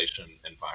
environment